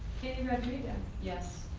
rodriguez. yes.